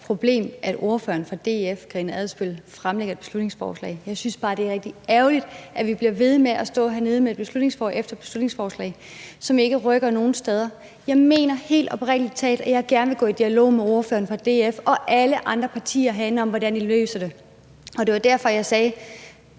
problem, at ordføreren for DF, fru Karina Adsbøl, har fremsat et beslutningsforslag. Jeg synes bare, det er rigtig ærgerligt, at vi bliver ved med at stå hernede med beslutningsforslag efter beslutningsforslag, som ikke rykker nogen steder. Jeg mener helt oprigtig talt, at jeg gerne vil gå i dialog med ordføreren for DF og alle andre partier herinde om, hvordan vi løser det. Det var derfor, jeg sagde